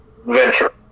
venture